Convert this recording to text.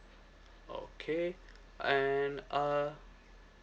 okay and uh